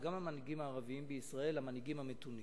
וכולם יודעים מה המשמעות,